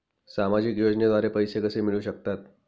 सामाजिक योजनेद्वारे पैसे कसे मिळू शकतात?